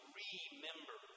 remember